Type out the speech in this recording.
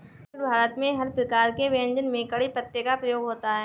दक्षिण भारत में हर प्रकार के व्यंजन में कढ़ी पत्ते का प्रयोग होता है